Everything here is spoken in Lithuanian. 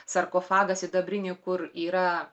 sarkofagą sidabrinį kur yra